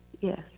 yes